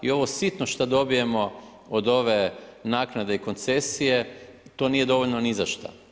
I ovo sitno što dobijemo od ove naknade i koncesije to nije dovoljno ni za šta.